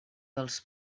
els